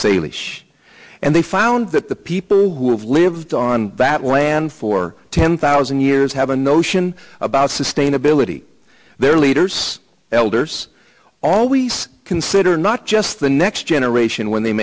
each and they found that the people who have lived on that land for ten thousand years have a notion about sustainability their leaders elders always consider not just the next generation when they